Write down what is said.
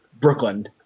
Brooklyn